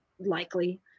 likely